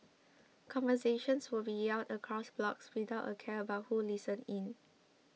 conversations would be yelled across blocks without a care about who listened in